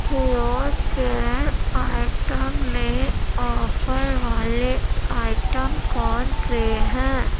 ہیور care item میں offer والے item کون سے ہیں